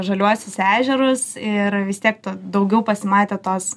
žaliuosius ežerus ir vis tiek daugiau pasimatė tos